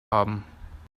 haben